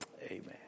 Amen